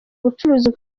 ubucuruzi